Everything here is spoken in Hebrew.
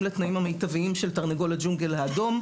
לתנאים המיטביים של תרנגולת ג'ונגל האדום,